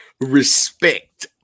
Respect